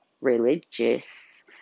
religious